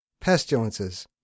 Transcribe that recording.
pestilences